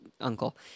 uncle